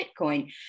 Bitcoin